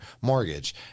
mortgage